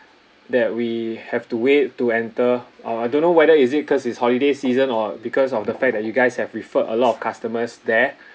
that we have to wait to enter uh I don't know whether is it cause it's holiday season or because of the fact that you guys have referred a lot of customers there